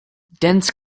dense